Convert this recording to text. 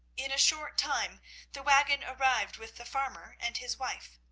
in a short time the waggon arrived with the farmer and his wife.